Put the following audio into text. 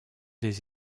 des